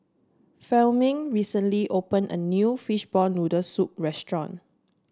Fleming recently opened a new Fishball Noodle Soup restaurant